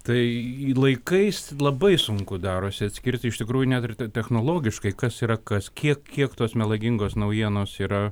tai laikais labai sunku darosi atskirti iš tikrųjų net ir te technologiškai kas yra kas kiek kiek tos melagingos naujienos yra